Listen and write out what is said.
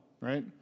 right